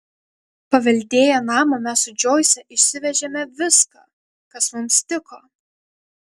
paveldėję namą mes su džoise išsivežėme viską kas mums tiko